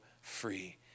free